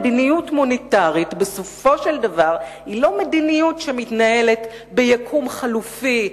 מדיניות מוניטרית בסופו של דבר היא לא מדיניות שמתנהלת ביקום חלופי,